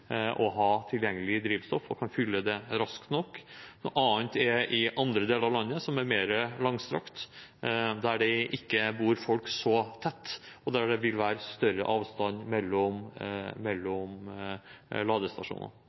ha tilgjengelig drivstoff og kan fylle det raskt nok. Noe annet er i andre deler av landet, som er mer langstrakt, der det ikke bor folk så tett, og der det vil være større avstand mellom